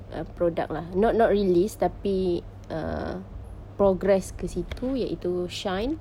err product lah not not release tapi err progress ke situ iaitu shine